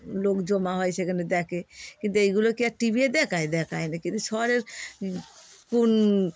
লোক জমা হয় সেখানে দেখে কিন্তু এইগুলো কি আর টি ভিতে দেখায় দেখায় না কিন্তু শহরের কোন